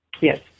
Yes